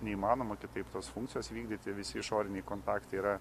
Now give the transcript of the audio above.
neįmanoma kitaip tos funkcijos vykdyti visi išoriniai kontaktai yra